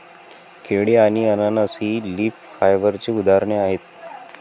केळी आणि अननस ही लीफ फायबरची उदाहरणे आहेत